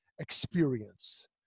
experience